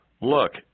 Look